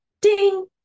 ding